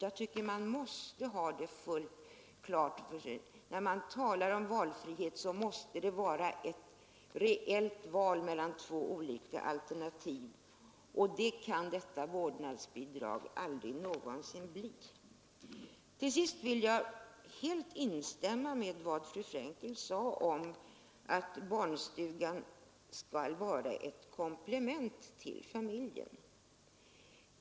Jag tycker att man skall ha den saken klar för sig. När man talar om valfrihet måste det vara fråga om ett reellt val mellan två olika alternativ, och det kan vårdnadsbidraget aldrig någonsin bli. Till sist vill jag helt instämma i vad fru Frenkel sade om att barnstugan skall vara ett komplement till familjen.